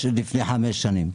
גם לפני חמש שנים.